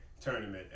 Tournament